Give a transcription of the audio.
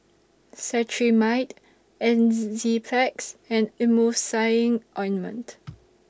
Cetrimide Enzyplex and Emulsying Ointment